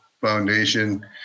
Foundation